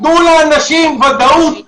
תנו לאנשים ודאות.